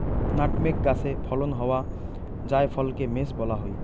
nutmeg গাছে ফলন হওয়া জায়ফলকে মেস বলা হই